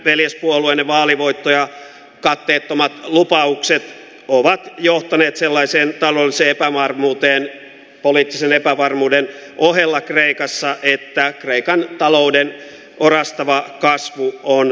veljespuolueen vaalivoitto ja katteettomat lupaukset ovat johtaneet sellaiseen olisi epävarmuuteen poliittisen epävarmuuden ohella kreikassa riittää kreikan talouden orastava kasvu on